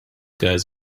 guys